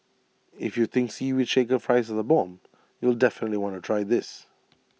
if you think Seaweed Shaker fries are the bomb you'll definitely want to try this